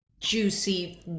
Juicy